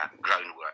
groundwork